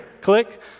click